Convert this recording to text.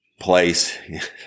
place